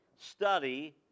study